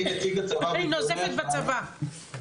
אני נוזפת בצבא.